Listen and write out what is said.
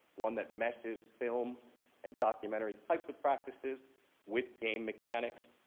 one that meshes film and documentary types of practices with game mechanics.